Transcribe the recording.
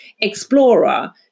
explorer